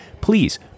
please